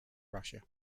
russia